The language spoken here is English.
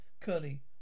Curly